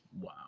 Wow